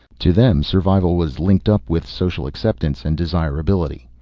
to them survival was linked up with social acceptance and desirability.